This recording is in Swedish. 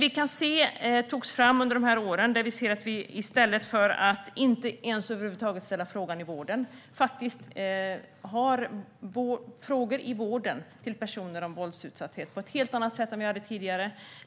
Vi kan se att det togs fram frågor i vården till personer om våldsutsatthet, som ställdes på ett helt annat sätt än tidigare då det inte skedde över huvud taget.